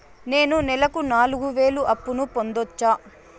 నేను నెలకు నాలుగు వేలు అప్పును పొందొచ్చా?